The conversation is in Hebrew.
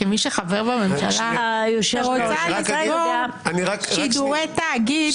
כמי שחבר בממשלה שרוצה לסגור שידורי תאגיד,